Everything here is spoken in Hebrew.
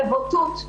בבוטות,